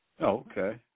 Okay